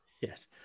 Yes